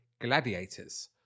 Gladiators